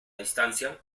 distancia